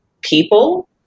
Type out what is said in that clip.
people